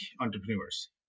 entrepreneurs